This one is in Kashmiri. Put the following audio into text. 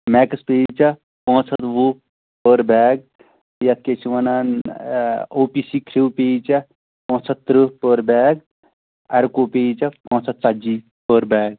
مٮ۪کٕس پیٚیی ژےٚ پانٛژھ ہَتھ وُہ پٔر بیگ یَتھ کیٛاہ چھِ وَنان او پی سی کھِرٛو پیٚیی ژےٚ پانٛژھ ہَتھ تٕرٛہ پٔر بیگ اَرکو پیٚیی ژےٚ پانٛژھ ہَتھ ژتجی پٔر بیگ